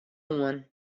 oan